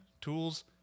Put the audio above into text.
tools